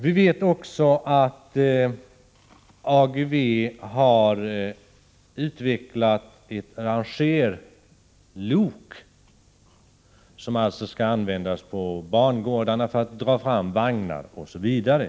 Vi vet också att AGEVE har utvecklat ett rangerlok, som alltså skall användas på bangårdarna för att dra fram vagnar osv.